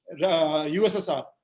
USSR